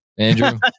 Andrew